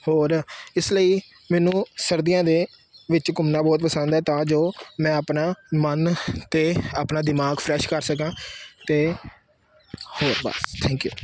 ਹੋਰ ਇਸ ਲਈ ਮੈਨੂੰ ਸਰਦੀਆਂ ਦੇ ਵਿੱਚ ਘੁੰਮਣਾ ਬਹੁਤ ਪਸੰਦ ਹੈ ਤਾਂ ਜੋ ਮੈਂ ਆਪਣਾ ਮਨ ਅਤੇ ਆਪਣਾ ਦਿਮਾਗ ਫਰੈਸ਼ ਕਰ ਸਕਾਂ ਅਤੇ ਹੋਰ ਬਸ ਥੈਂਕ ਯੂ